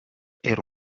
era